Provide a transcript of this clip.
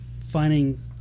finding